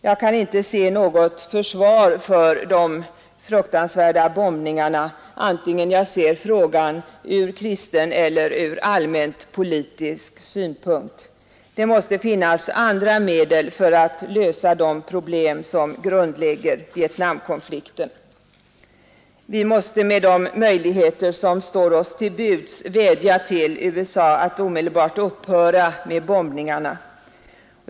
Jag kan inte se något försvar för de fruktansvärda bombningarna vare sig jag ser den frågan från kristen eller från allmänt politisk synpunkt. 93 Det måste finnas andra medel för att lösa de problem som grundlägger Vietnamkonflikten. Vi måste med de möjligheter som står oss till buds vädja till USA att omedelbart upphöra med bombningarna.